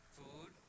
food